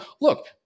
look